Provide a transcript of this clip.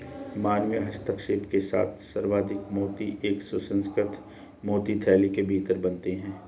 मानवीय हस्तक्षेप के साथ संवर्धित मोती एक सुसंस्कृत मोती थैली के भीतर बनते हैं